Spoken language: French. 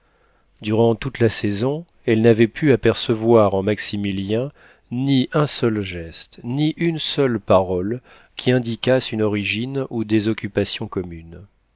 durant toute la saison elle n'avait pu apercevoir en maximilien ni un seul geste ni une seule parole qui indiquassent une origine ou des occupations communes